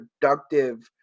productive